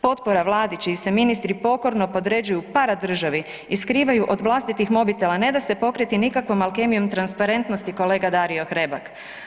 Potpora vladi čiji se ministri pokorno podređuju paradržavi i skrivaju od vlastitih mobitela ne da se pokriti nikakvom alkemijom transparentnosti kolega Dario Hrebak.